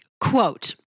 quote